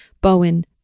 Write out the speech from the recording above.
Bowen